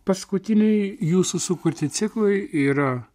paskutiniai jūsų sukurti ciklai yra